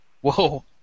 Whoa